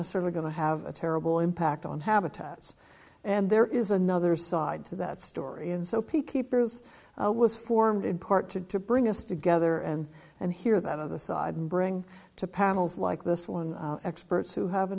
necessarily going to have a terrible impact on habitats and there is another side to that story and so p k purpose was formed in part to to bring us together and and hear that other side and bring to panels like this one experts who have